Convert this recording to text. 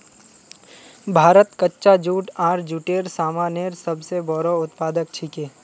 भारत कच्चा जूट आर जूटेर सामानेर सब स बोरो उत्पादक छिके